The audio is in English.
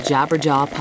Jabberjaw